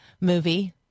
movie